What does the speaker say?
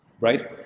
Right